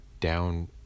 down